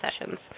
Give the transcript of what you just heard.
sessions